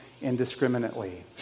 indiscriminately